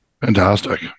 Fantastic